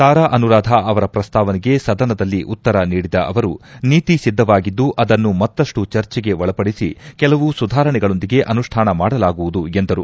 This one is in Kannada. ತಾರಾ ಅನುರಾಧಾ ಅವರ ಪ್ರಸ್ತಾವನೆಗೆ ಸದನದಲ್ಲಿ ಉತ್ತರ ನೀಡಿದ ಅವರು ನೀತಿ ಸಿದ್ದವಾಗಿದ್ದು ಅದನ್ನು ಮತ್ತಷ್ನು ಚರ್ಜೆಗೆ ಒಳಪಡಿಸಿಕೆಲವು ಸುಧಾರಣೆಗಳೊಂದಿಗೆ ಅನುಷ್ಠಾನ ಮಾಡಲಾಗುವುದು ಎಂದರು